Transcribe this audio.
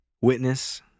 Witness